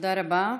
תודה רבה.